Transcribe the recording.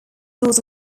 also